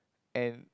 and